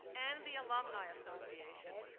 and the alumni association.